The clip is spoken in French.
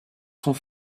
sont